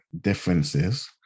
differences